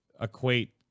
equate